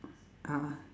uh